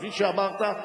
כפי שאמרת.